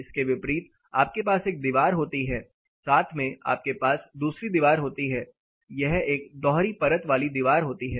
इसके विपरीत आपके पास एक दीवार होती है साथ में आपके पास दूसरी दीवार होती है यह एक दोहरी परत वाली दीवार होती है